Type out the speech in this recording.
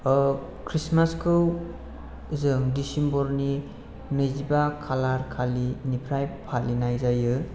ओह खृष्टमासखौ जों दिसेम्बरनि नैजिबा खालारखालिनिफ्राय फालिनाय जायो